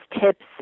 tips